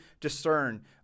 discern